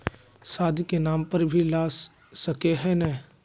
शादी के नाम पर भी ला सके है नय?